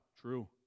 True